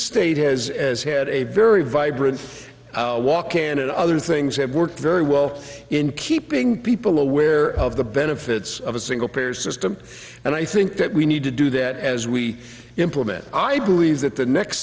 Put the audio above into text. state has as had a very vibrant walk in and other things have worked very well in keeping people aware of the benefits of a single payer system and i think that we need to do that as we implement i believe that the next